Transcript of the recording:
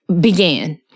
began